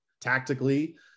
tactically